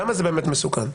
למה זה באמת מסוכן?